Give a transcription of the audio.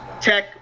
tech